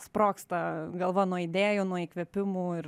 sprogsta galva nuo idėjų nuo įkvėpimų ir